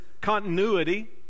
continuity